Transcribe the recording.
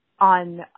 on